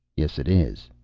yes it is.